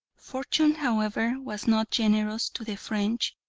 fortune, however, was not generous to the french,